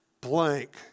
blank